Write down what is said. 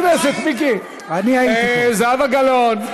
חבר הכנסת מיקי, זהבה גלאון.